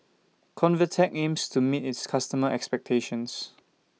Convatec aims to meet its customers' expectations